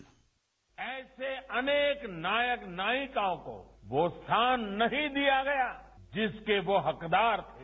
bite ऐसे अनेक नायक नायिकाओं को वो स्थान नहीं दिया गया जिसके वो हकदार थे